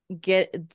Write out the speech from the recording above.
get